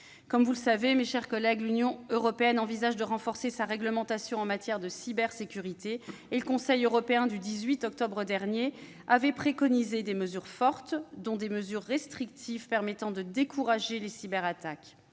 Comme vous le savez, mes chers collègues, l'Union européenne envisage de renforcer sa réglementation en matière de cybersécurité, et le Conseil européen, le 18 octobre dernier, avait préconisé des mesures fortes, dont des mesures restrictives, permettant de décourager les cyberattaques.